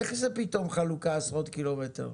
איך זה פתאום חלוקה עשרות קילומטר?